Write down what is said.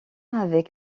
avec